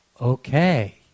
Okay